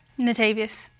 Natavius